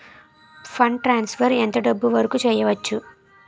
Fund transfer ఎంత డబ్బు వరుకు చేయవచ్చు?